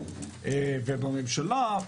ובממשלה,